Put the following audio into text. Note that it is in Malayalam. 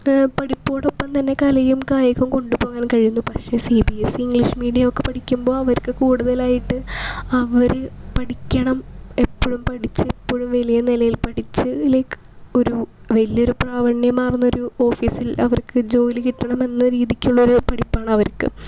പഠിപ്പോടൊപ്പം തന്നെ കലയും കായികവും കൊണ്ടുപോവാന് കഴിയുന്നു പക്ഷെ C B S E C English medium ഒക്കെ പഠിക്കുമ്പോൾ അവര്ക്ക് കൂടുതലായിട്ട് അവർ പഠിക്കണം എപ്പോഴും പഠിച്ച് എപ്പോഴും വലിയ നിലയില് പഠിച്ച് ലൈക് ഒരു വലിയ ഒരു പ്രാവണ്യമാവുന്നൊരു ഓഫീസില് അവര്ക്ക് ജോലി കിട്ടണമെന്ന രീതിക്കുള്ള ഒരു പഠിപ്പ് ആണ് അവർക്ക്